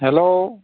hello